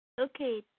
Okay